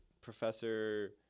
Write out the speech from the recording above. Professor